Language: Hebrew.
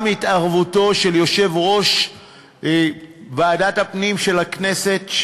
גם התערבותו של יושב-ראש ועדת הפנים של הכנסת,